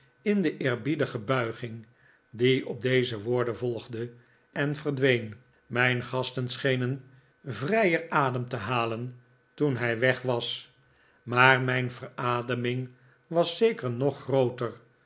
in de eerbiedige buiging die op deze woorden volgde en verdween mijn gasten schenen vrijer adem te halen toen hij weg was maar mijn verademing was zeker nog grooter